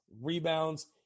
rebounds